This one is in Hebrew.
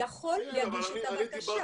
יכול להגיש את הבקשה.